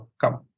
come